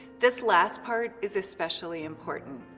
this last part is especially important.